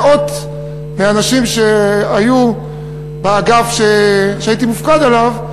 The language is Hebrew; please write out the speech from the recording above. מאות מהאנשים שהיו באגף שהייתי מופקד עליו,